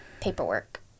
Paperwork